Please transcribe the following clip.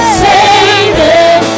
savior